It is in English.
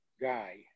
guy